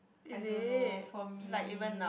I don't know for me